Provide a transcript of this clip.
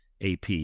AP